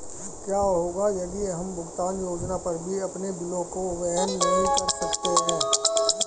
क्या होगा यदि हम भुगतान योजना पर भी अपने बिलों को वहन नहीं कर सकते हैं?